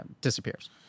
disappears